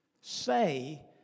say